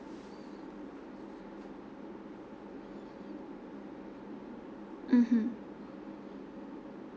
mmhmm